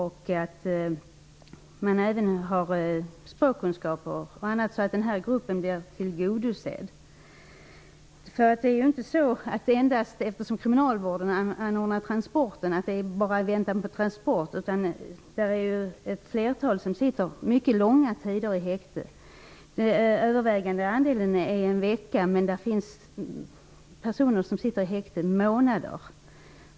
Personalen bör också ha sådana språkkunskaper att den här gruppen blir tillgodosedd. Kriminalvården anordnar transporterna. Det är dock inte bara fråga om väntan på transport. Ett flertal omhändertagna får sitta mycket lång tid i häkte. Den övervägande delen får sitta en vecka. Men det finns personer som får sitta i häkte i månader.